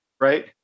right